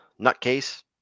nutcase